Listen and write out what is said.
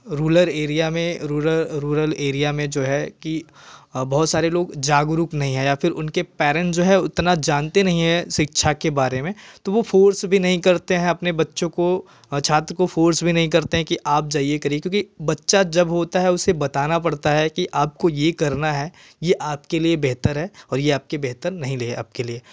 rural area में rural rural area में जो है की बहुत सरे लोग जागरूक नहीं है उनके पैरेंट जो है उतना जानते नहीं शिक्षा के बारे में तो वह फ़ोर्स भी नहीं करते हैं अपने बच्चों को छात्र को फ़ोर्स भी नहीं करते हैं कि आप जाया करें क्योंकि बच्चा जब होता है उसे बताना पड़ता है की आप को यह करना है यह आप के लिए बेहतर है और यह आप के लिए बेहतर नहीं रहेगा आप के लिए